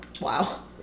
Wow